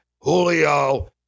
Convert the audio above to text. Julio